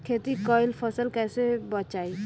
खेती कईल फसल कैसे बचाई?